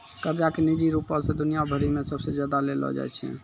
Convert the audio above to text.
कर्जा के निजी रूपो से दुनिया भरि मे सबसे ज्यादा लेलो जाय छै